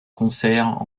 concert